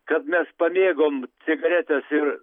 kad mes pamėgom cigaretes ir